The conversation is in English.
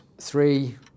Three